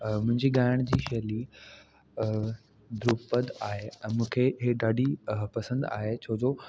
मुंहिंजी ॻाइण जी शैली ध्रुपद शैली आहे ऐं मूंखे हे ॾाढी पसंदि आहे छो जो